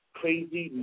crazy